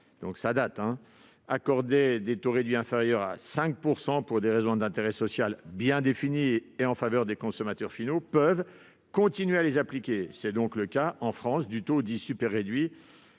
janvier 1991, accordaient des taux réduits inférieurs à 5 % pour des raisons d'intérêt social bien définies et en faveur des consommateurs finaux peuvent continuer à les appliquer. C'est le cas en France du taux dit super réduit